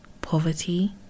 poverty